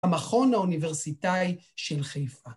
המכון האוניברסיטאי של חיפה.